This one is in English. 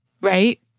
Right